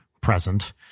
present